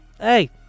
Hey